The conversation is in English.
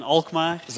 Alkmaar